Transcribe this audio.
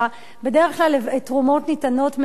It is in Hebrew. בדרך כלל תרומות ניתנות מהמת,